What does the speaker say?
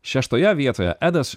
šeštoje vietoje edas